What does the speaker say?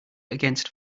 against